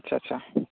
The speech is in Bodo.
आटसा आटसा